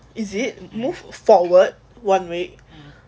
is it move forward one week